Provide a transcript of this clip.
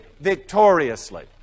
victoriously